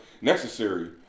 necessary